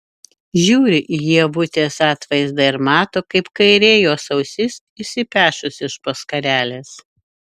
žiūri į ievutės atvaizdą ir mato kaip kairė jos ausis išsipešus iš po skarelės